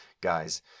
guys